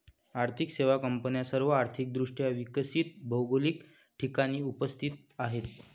आर्थिक सेवा कंपन्या सर्व आर्थिक दृष्ट्या विकसित भौगोलिक ठिकाणी उपस्थित आहेत